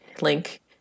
link